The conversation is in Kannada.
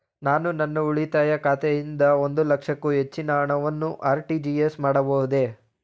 ನಾನು ನನ್ನ ಉಳಿತಾಯ ಖಾತೆಯಿಂದ ಒಂದು ಲಕ್ಷಕ್ಕೂ ಹೆಚ್ಚಿನ ಹಣವನ್ನು ಆರ್.ಟಿ.ಜಿ.ಎಸ್ ಮಾಡಬಹುದೇ?